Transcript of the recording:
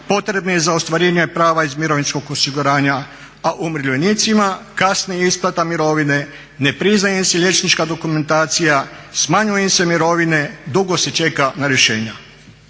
potrebnih za ostvarenje prava iz mirovinskog osiguranja a umirovljenicima kasni isplata mirovine, ne priznaje im se liječnička dokumentacija, smanjuju im se mirovine, dugo se čeka na rješenja.